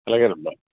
అలాగేనమ్మా